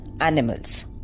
animals